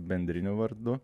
bendriniu vardu